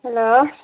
hello